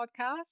podcast